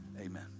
Amen